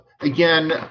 again